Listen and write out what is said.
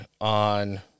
on